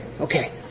okay